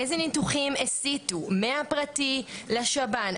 איזה ניתוחים הסיתו מהפרטי לשב"ן,